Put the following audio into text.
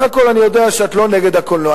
סך הכול אני יודע שאת לא נגד הקולנוע.